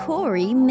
Corey